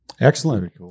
Excellent